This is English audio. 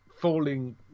falling